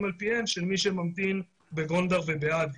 על פיהן של מי שממתין בגונדר ובאדיס.